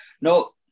No